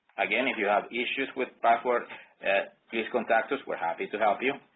again if you have issues with password please contact us we're happy to help you.